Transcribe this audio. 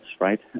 right